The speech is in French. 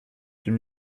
huit